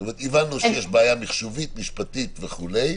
זאת אומרת, הבנו שיש בעיה מחשובית-משפטית וכו'.